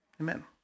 Amen